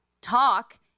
talk